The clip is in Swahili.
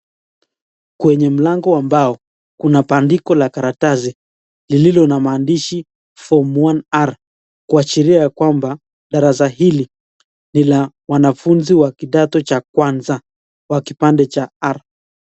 Kwenye mlango wa mbao kuna bandiko la karatasi lililo na maandishi; form 1 R , kuashiria yakwamba darasa hili ni la wanafunzi wa kidato cha kwanza wa kipande cha R.